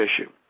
issue